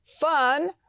fun